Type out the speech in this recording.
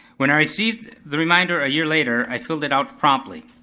when i received the reminder a year later, i filled it out promptly.